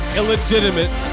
illegitimate